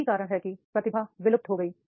यही कारण है कि प्रतिभा विलुप्त हो गई